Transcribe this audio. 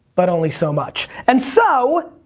but only so much. and so,